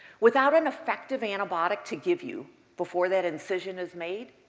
without an effective antibiotic to give you before that incisions is made,